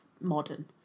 modern